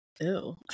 ew